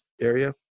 area